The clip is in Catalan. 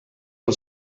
del